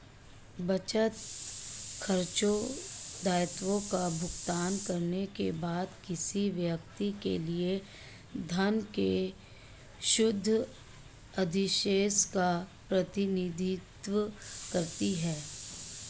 बचत, खर्चों, दायित्वों का भुगतान करने के बाद किसी व्यक्ति के लिए धन के शुद्ध अधिशेष का प्रतिनिधित्व करती है